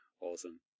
Awesome